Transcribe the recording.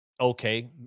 okay